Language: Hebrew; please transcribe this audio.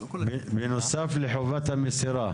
בנוסף לחובת המסירה.